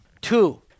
Two